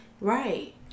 right